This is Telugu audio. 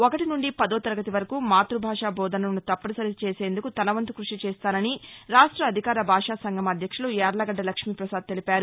ఒకటి నుండి పదో తరగతి వరకూ మాతృభాషా బోధనను తప్పనిసరి చేసేందుకు తన వంతు కృషిచేస్తానని రాష్ట అధికార భాషా సంఘం అధ్యక్షులు యార్లగడ్డ లక్ష్మీపసాద్ తెలిపారు